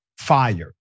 fired